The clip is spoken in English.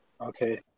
Okay